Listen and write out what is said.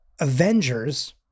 avengers